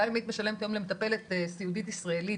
גם אם היית משלמת למטפלת סיעודית ישראלית